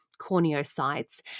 corneocytes